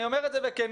אני אומר את זה בכנות,